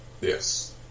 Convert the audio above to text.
Yes